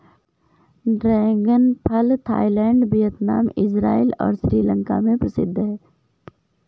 dragon फल Thailand, Vietnam, Israel और श्रीलंका में प्रसिद्ध है